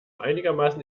einigermaßen